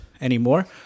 anymore